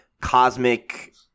cosmic